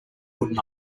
wooden